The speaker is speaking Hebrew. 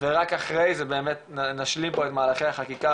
ורק אחרי זה נשלים את מהלכי החקיקה,